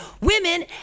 Women